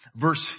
Verse